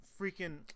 Freaking